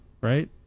right